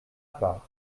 part